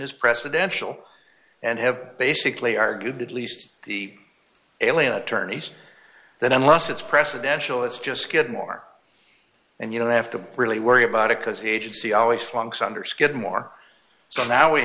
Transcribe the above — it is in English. is presidential and have basically argued at least the alien attorneys that unless it's presidential it's just getting more and you know they have to really worry about it because the agency always flunks under skidmore so now we